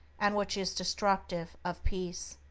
and which is destructive of peace.